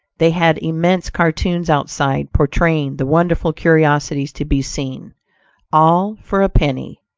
they had immense cartoons outside, portraying the wonderful curiosities to be seen all for a penny.